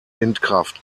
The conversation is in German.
windkraft